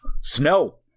Snow